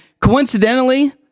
coincidentally